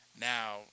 Now